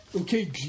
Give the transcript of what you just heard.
Okay